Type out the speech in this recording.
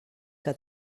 que